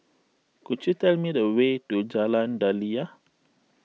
could you tell me the way to Jalan Daliah